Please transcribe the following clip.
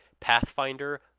Pathfinder